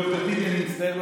ד"ר טיבי, אני מצטער.